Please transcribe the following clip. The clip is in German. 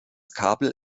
kabel